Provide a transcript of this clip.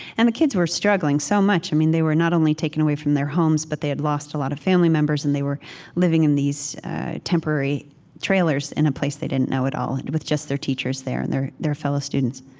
and the kids were struggling so much. they were not only taken away from their homes, but they had lost a lot of family members, and they were living in these temporary trailers in a place they didn't know at all, and with just their teachers there and their their fellow students.